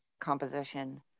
composition